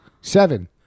seven